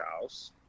house